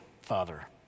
Father